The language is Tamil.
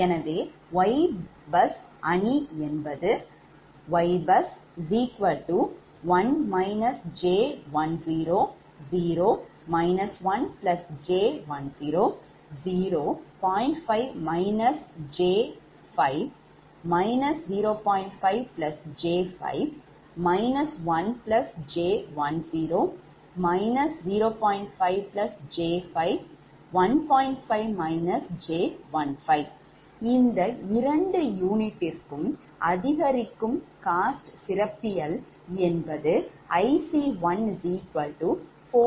எனவே YBUS matrix என்பது இந்த 2 யூனிட்டுக்கும் அதிகரிக்கும் cost சிறப்பியல்பு என்பது IC140